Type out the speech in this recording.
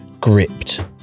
Gripped